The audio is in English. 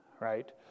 Right